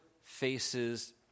faces